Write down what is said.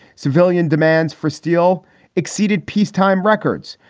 civilian demands for steel exceeded peacetime records.